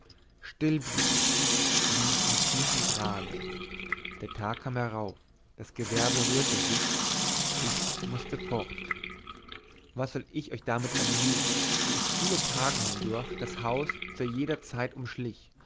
still blieb es wie im tiefen grabe der tag kam herauf das gewerbe rührte sich ich mußte fort was soll ich euch damit ermüden wie ich viele tage hindurch das haus zu jeder zeit umschlich